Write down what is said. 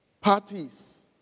parties